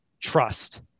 trust